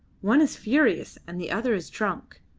one is furious, and the other is drunk.